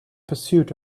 pursuit